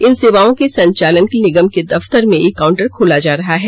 इन सेवाओं के संचालन के लिए निगम के दफ्तर में एक काउंटर खोला जा रहा है